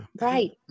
right